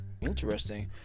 interesting